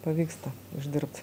pavyksta uždirbt